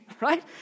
right